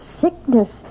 sickness